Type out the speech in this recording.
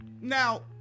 Now